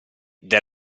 del